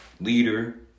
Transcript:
leader